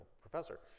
professor